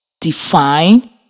define